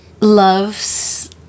loves